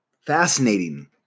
Fascinating